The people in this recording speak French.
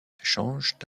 changent